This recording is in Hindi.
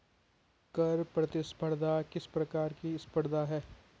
कर प्रतिस्पर्धा किस प्रकार की स्पर्धा है?